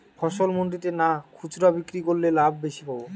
ফসল মন্ডিতে না খুচরা বিক্রি করলে লাভ বেশি পাব?